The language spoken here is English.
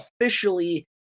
officially